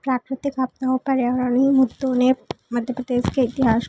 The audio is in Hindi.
प्राकृतिक आपदाओं पर्यावरण मुद्दों ने मध्य प्रदेश के इतिहास को